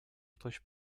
ktoś